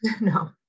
no